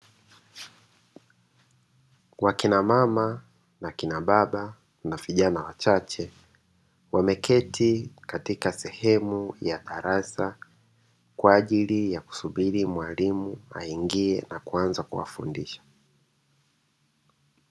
Wakina mama na kina baba na vijana wachache, wameketi katika sehemu ya darasa, kwa ajili ya kusubiri mwalimu aingie na kuanza kuwafundisha.